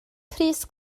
crys